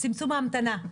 צמצום זמן ההמתנה.